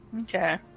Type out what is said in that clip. Okay